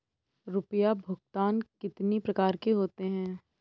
रुपया भुगतान कितनी प्रकार के होते हैं?